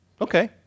Okay